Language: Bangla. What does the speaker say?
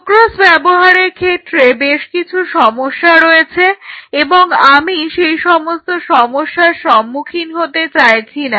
সুক্রোজ ব্যবহারের ক্ষেত্রে বেশ কিছু সমস্যা রয়েছে এবং আমি সেই সমস্ত সমস্যার সম্মুখীন হতে চাইছি না